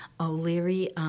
O'Leary